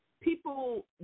people